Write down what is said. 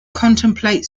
contemplate